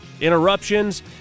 interruptions